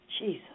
Jesus